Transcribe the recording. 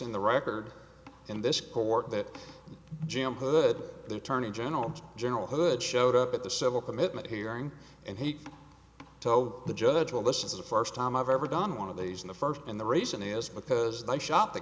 in the record in this court that jim hood the attorney general general hood showed up at the civil commitment hearing and he told the judge well this is the first time i've ever done one of these in the first and the reason is because they shot the